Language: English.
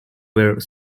were